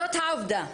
זאת העובדה.